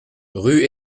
rue